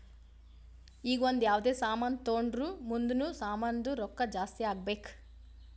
ಈಗ ಒಂದ್ ಯಾವ್ದೇ ಸಾಮಾನ್ ತೊಂಡುರ್ ಮುಂದ್ನು ಸಾಮಾನ್ದು ರೊಕ್ಕಾ ಜಾಸ್ತಿ ಆಗ್ಬೇಕ್